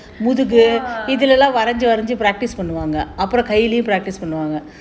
!wah!